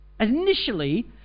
Initially